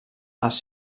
els